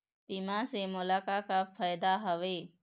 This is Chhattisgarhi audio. बीमा से मोला का का फायदा हवए?